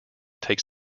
takes